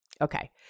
Okay